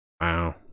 Wow